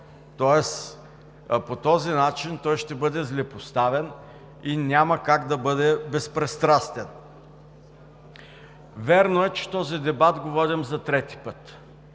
тоест по този начин той ще бъде злепоставен и няма как да бъде безпристрастен. Вярно е, че този дебат го водим за трети път.